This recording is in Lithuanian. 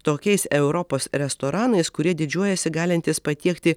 tokiais europos restoranais kurie didžiuojasi galintys patiekti